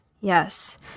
yes